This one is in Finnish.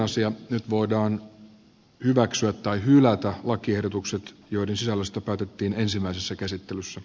nyt voidaan hyväksyä tai hylätä lakiehdotukset joiden sisällöstä päätettiin ensimmäisessä käsittelyssä